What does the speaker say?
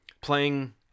playing